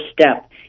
step